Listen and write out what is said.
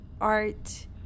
art